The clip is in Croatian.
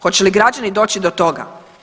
Hoće li građani doći do toga?